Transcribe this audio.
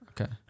Okay